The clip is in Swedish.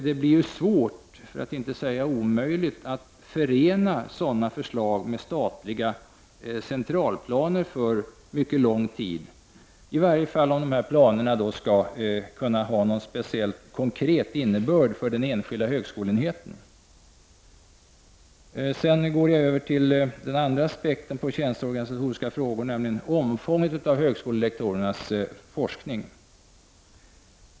Det blir svårt — ja, kanske omöjligt — att förena sådana förslag med statliga centralplaner som gäller för mycket lång tid, i varje fall om planerna skall ha en konkret innebörd för den enskilda högskoleenheten. Så till den andra aspekten när det gäller tjänsteorganisatoriska frågor. Det gäller då högskolelektorernas forskningsomfång.